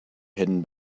hidden